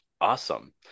Awesome